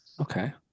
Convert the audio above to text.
okay